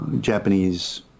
Japanese